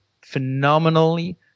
phenomenally